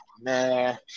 Man